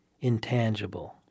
intangible